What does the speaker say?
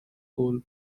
coal